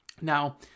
Now